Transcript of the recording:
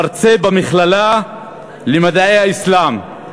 מרצה במכללה למדעי האסלאם,